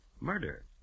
murder